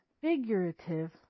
figurative